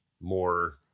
more